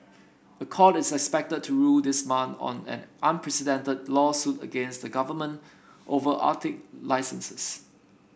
a court is expected to rule this month on an unprecedented lawsuit against the government over Arctic licenses